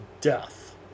death